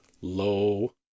low